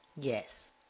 Yes